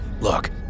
Look